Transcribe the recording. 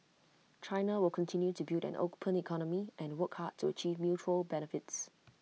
China will continue to build an open economy and work hard to achieve mutual benefits